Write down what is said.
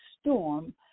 storm